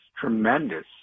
tremendous